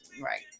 right